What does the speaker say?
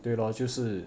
对 lor 就是